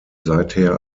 seither